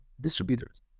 distributors